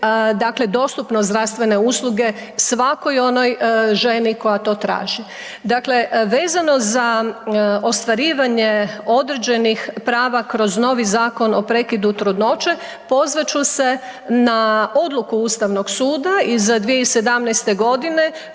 omesti dostupnost zdravstvene usluge svakoj onoj ženi koja to traži. Dakle, vezano za ostvarivanje određenih prava kroz novi Zakon o prekidu trudnoće, pozvat ću se na odluku Ustavnog suda iz 2017. godine